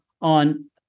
on